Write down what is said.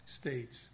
states